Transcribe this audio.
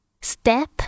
Step